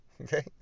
Okay